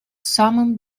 самым